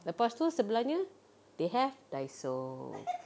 lepas tu sebelahnya they have Daiso